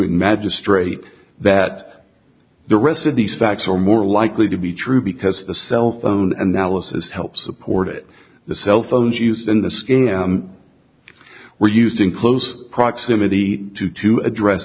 magistrate that the rest of these facts are more likely to be true because the cell phone and balances help support it the cell phones you in the skin were used in close proximity to two address